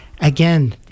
Again